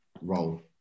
role